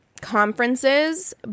conferences